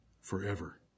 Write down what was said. forever